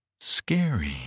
scary